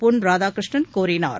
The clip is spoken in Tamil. பொன்ராதாகிருஷ்ணன் கூறினார்